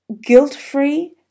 guilt-free